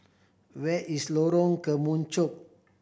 where is Lorong Kemunchup